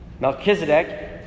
Melchizedek